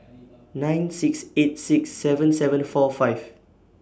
nine six eight six seven seven four five